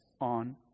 on